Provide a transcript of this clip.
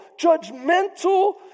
judgmental